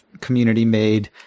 community-made